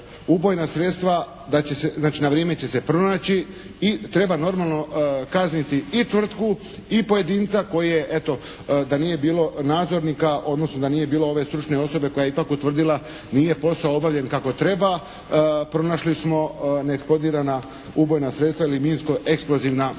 ubojna sredstva znači na vrijeme će se pronaći i treba normalno kazniti i tvrtku i pojedinca koji eto da nije bilo nadzornika, odnosno da nije bilo ove stručne osobe koja je ipak utvrdila nije posao obavljen kako treba, pronašli smo neeksplodirana ubojna sredstva ili minsko eksplozivna sredstva.